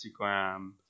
Instagram